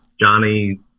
Johnny